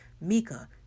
Mika